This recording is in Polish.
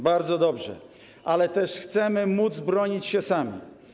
Bardzo dobrze, ale też chcemy móc bronić się sami.